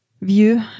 view